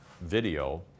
video